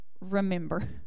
remember